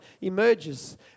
emerges